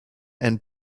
and